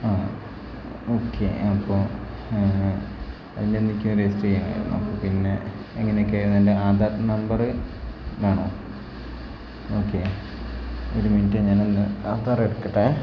ആ ഓക്കെ അപ്പോൾ അതിനെന്തൊക്കെയോ രജിസ്റ്റർ ചെയ്യനായിരുന്നു പിന്നെ എങ്ങനെയൊക്കെ അയിരുന്നു എൻ്റെ ആധാർ നമ്പറ് വേണോ ഓക്കെ ഒരു മിൻറ്റ് ഞാൻ ഒന്ന് ആധാർ എടുക്കട്ടെ